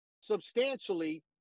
substantially